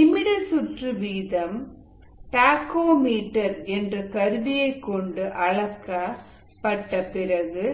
நிமிட சுற்று வீதம் டேக்கோ மீட்டர் என்ற கருவியை கொண்டு அளக்க பட்ட பிறகு